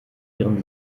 ihren